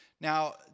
Now